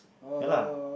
ya lah